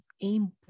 aim